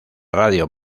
radio